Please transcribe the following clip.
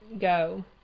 go